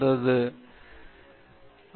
அது கீழே சென்றது